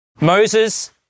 Moses